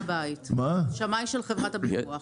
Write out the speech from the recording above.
שמאי של חברת הביטוח.